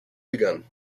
begun